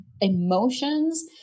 Emotions